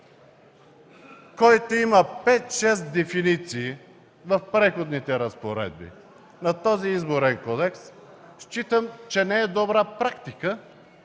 който има пет-шест дефиниции в Преходните разпоредби на този Изборен кодекс, считам, че не е добра практика